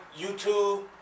YouTube